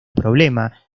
problema